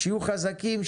שיהיו חזקים,